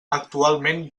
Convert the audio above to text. actualment